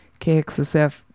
KXSF